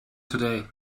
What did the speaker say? today